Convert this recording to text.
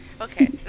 Okay